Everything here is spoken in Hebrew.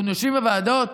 אנחנו יושבים בוועדות,